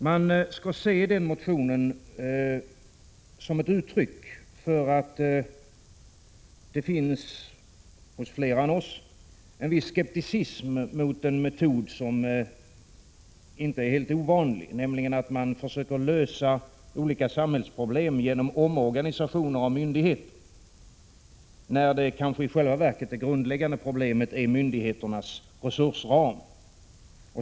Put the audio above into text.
Den motionen skall ses som ett uttryck för att det hos fler än oss finns en viss skepsis mot den metod som inte är helt ovanlig, nämligen att man försöker lösa olika samhällsproblem genom omorganisation av myndigheter, när kanske i själva verket det grundläggande problemet är myndigheternas resursram.